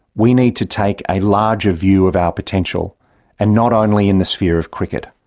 we need to take a larger view of our potential and not only in the sphere of cricket.